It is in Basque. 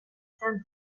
izan